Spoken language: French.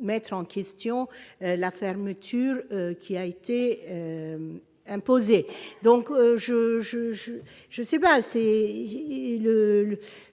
mettre en question la fermeture qui a été imposé, donc je, je, je, je suis pas